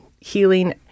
healing